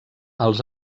els